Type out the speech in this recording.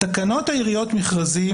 תקנות העיריות (מכרזים),